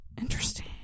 Interesting